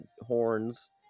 horns